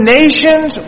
nations